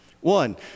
One